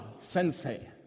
sensei